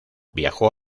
viajó